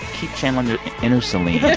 keep channeling your inner celine